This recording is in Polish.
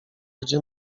gdzie